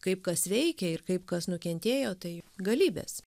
kaip kas veikia ir kaip kas nukentėjo tai galybės